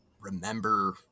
remember